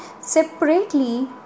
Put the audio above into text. separately